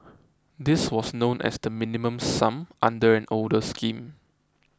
this was known as the Minimum Sum under an older scheme